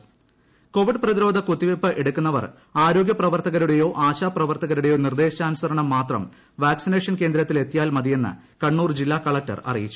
vaccine Kannur Covid പ്രതിരോധ കുത്തിവയ്പ്പ് എടുക്കുന്നവർ ആരോഗ്യ പ്രവർത്തകരുടെയോ ആശാപ്രവർത്തകരുടെയോ നിർദേശാനു സരണം മാത്രം വാക്സിനേഷൻ കേന്ദ്രത്തിൽ എത്തിയാൽ മതിയെന്ന് കണ്ണൂർ ജില്ലാ കളക്ടർ അറിയിച്ചു